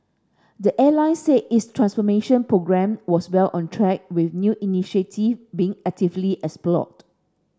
the airline said its transformation programme was well on track with new initiative being actively explored